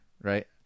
right